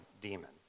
demon